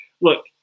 Look